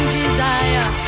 desire